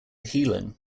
healing